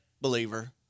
believer